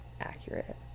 accurate